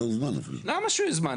למה שהוא יוזמן?